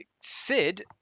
Sid